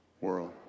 world